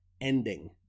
ending